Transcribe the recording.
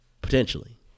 potentially